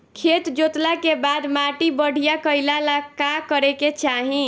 खेत जोतला के बाद माटी बढ़िया कइला ला का करे के चाही?